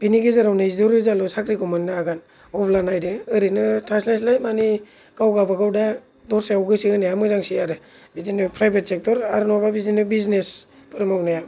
बिनि गेजेराव नैजिद' रोजाल' साख्रिखौ मोननो हागोन अब्ला नायदो ओरैनो थास्लायस्लाय मानि गाव गाबागाव दा दस्रायाव गोसो होनाया मोजांसै आरो बिदिनो प्राइभेट सेक्टर आर नङाब्ला बिदिनो बिजनेसफोर मावनाया